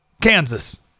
Kansas